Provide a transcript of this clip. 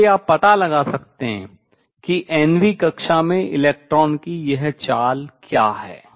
इससे आप पता लगा सकते हैं कि nवीं कक्षा में इलेक्ट्रॉन की यह चाल क्या है